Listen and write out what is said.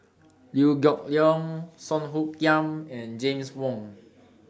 Liew Geok Leong Song Hoot Kiam and James Wong